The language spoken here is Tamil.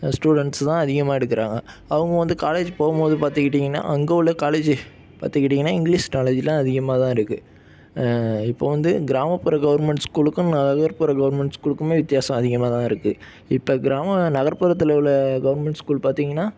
ஸ்டூடெண்ஸ் தான் அதிகமாக எடுக்கிறாங்க அவங்க வந்து காலேஜ் போகும் போது பார்த்துக்கிட்டிங்கன்னா அங்கே உள்ள காலேஜ் பார்த்துக்கிட்டிங்கன்னா இங்கிலிஷ் நாலேஜ்ஜுலாம் அதிகமாக தான் இருக்குது இப்போ வந்து கிராமப்புற கவர்மெண்ட் ஸ்கூலுக்கும் நகர்ப்புற கவர்மெண்ட் ஸ்கூலுக்குமே வித்தியாசம் அதிகமாக தான் இருக்குது இப்போ கிராம நகர்ப்புறத்தில் உள்ள கவர்மெண்ட் ஸ்கூல் பார்த்திங்கன்னா